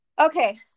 Okay